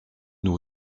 nous